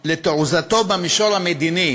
לתעוזתו במישור המדיני,